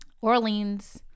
Orleans